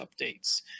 updates